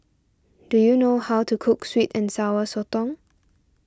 do you know how to cook Sweet and Sour Sotong